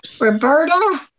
Roberta